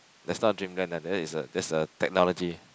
that's not dreamland lah that one is a is a technology